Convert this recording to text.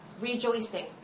rejoicing